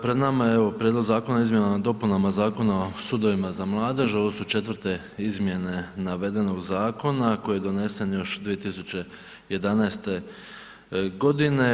Pred nama je evo Prijedlog zakona o Izmjenama i dopunama Zakona o sudovima za mladež, ovo su 4.-te izmjene navedenog zakona koji je donesen još 2011. godine.